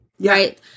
right